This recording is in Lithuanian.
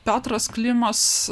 petras klimas